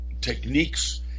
techniques